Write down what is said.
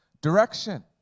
Direction